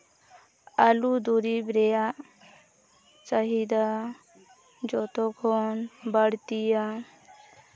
ᱟᱹᱞᱩ ᱫᱩᱨᱤᱵᱽ ᱨᱮᱭᱟᱜ ᱪᱟᱦᱤᱫᱟ ᱡᱚᱛᱚᱠᱷᱚᱱ ᱵᱟᱲᱛᱤᱭᱟ